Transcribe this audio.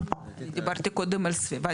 דיברתי קודם על סביבה,